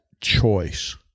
choice